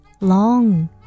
long